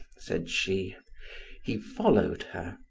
said she he followed her.